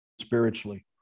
spiritually